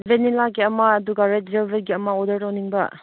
ꯚꯦꯅꯤꯜꯂꯥꯒꯤ ꯑꯃ ꯑꯗꯨꯒ ꯔꯦꯗ ꯖꯦꯜꯕꯤꯒꯤ ꯑꯃ ꯑꯣꯗꯔ ꯇꯧꯅꯤꯡꯕ